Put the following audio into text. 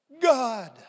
God